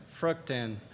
fructan